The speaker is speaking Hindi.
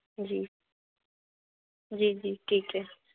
जी जी जी ठीक है